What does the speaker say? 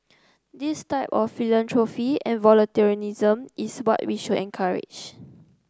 this type of philanthropy and volunteerism is what we should encourage